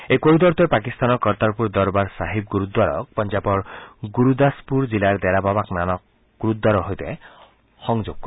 এই কৰিডৰটোৱে পাকিস্তানৰ কৰ্টাৰপুৰৰ দৰবাৰ ছাহিদ গুৰুদ্বাৰাক পঞ্জাবৰ গুৰুদাসপুৰ জিলাৰ ডেৰাবাবা নানক গুৰুদ্বাৰৰ সৈতে সংযোগ কৰিব